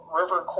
river